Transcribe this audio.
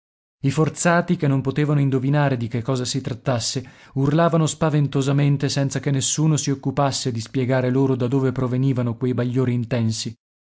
i forzati che non potevano indovinare di che cosa si trattasse urlavano spaventosamente senza che nessuno si occupasse di spiegare loro da dove provenivano quei bagliori intensi